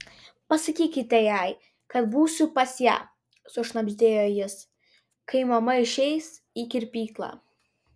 pasakykite jai kad būsiu pas ją sušnabždėjo jis kai mama išeis į kirpyklą